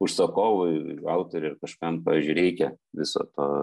užsakovui autoriui ar kažkam pavyzdžiui reikia viso to